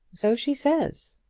so she says.